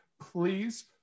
Please